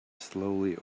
slowly